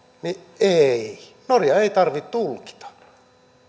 niin ei norjan ei tarvitse tulkita